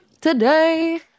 today